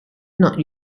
not